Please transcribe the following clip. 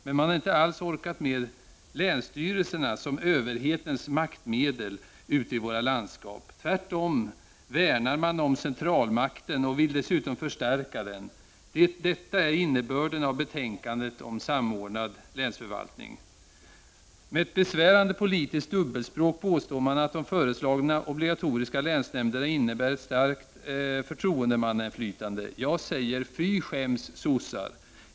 Men de har inte orkat med länsstyrelserna som överhetens maktmedel ute i våra landskap. Tvärtom värnar de om centralmakten och vill dessutom förstärka den. Detta är innebörden i betänkandet om samordnad länsförvaltning. Med ett besvärande politiskt dubbelspråk påstår socialdemokraterna att de föreslagna obligatoriska länsnämnderna innebär ett stärkt förtroendemannainflytande. Jag säger: Fy skäms sossar!